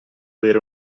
bere